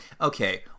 okay